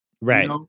Right